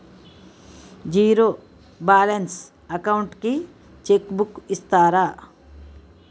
Zero balance account కి cheque book ఇస్తారా?